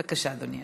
בבקשה, אדוני.